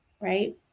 right